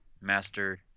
Master